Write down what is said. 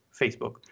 Facebook